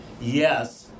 yes